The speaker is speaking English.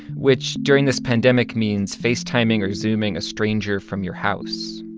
which during this pandemic means facetiming or zooming a stranger from your house.